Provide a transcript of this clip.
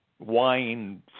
wine